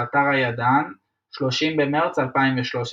באתר "הידען", 30 במרץ 2013